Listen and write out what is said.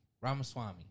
Ramaswamy